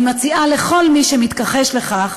אני מציעה לכל מי שמתכחש לכך,